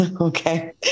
okay